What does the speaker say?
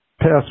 past